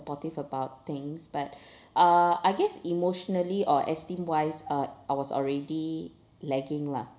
~portive about things but uh I guess emotionally or esteem-wise uh I was already lagging lah